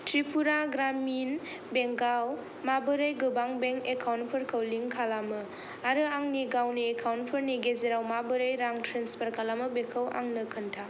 त्रिपुरा ग्रामिन बेंकआव माबोरै गोबां बेंक एकाउन्टफोरखौ लिंक खालामो आरो आंनि गावनि एकाउन्टफोरनि गेजेराव माबोरै रां ट्रेन्सफार खालामो बेखौ आंनो खोन्था